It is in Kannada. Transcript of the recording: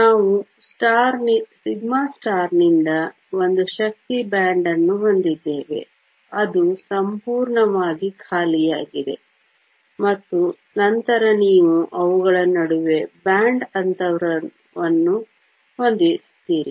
ನಾವು σ ನಿಂದ ಒಂದು ಶಕ್ತಿ ಬ್ಯಾಂಡ್ ಅನ್ನು ಹೊಂದಿದ್ದೇವೆ ಅದು ಸಂಪೂರ್ಣವಾಗಿ ಖಾಲಿಯಾಗಿದೆ ಮತ್ತು ನಂತರ ನೀವು ಅವುಗಳ ನಡುವೆ ಬ್ಯಾಂಡ್ ಅಂತರವನ್ನು ಹೊಂದಿರುತ್ತೀರಿ